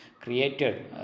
created